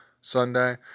Sunday